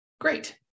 Great